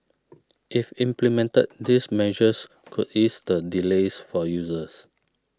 if implemented these measures could ease the delays for users